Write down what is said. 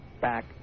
back